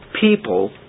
people